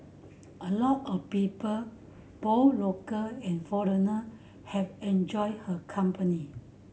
a lot of people both local and foreigner have enjoyed her company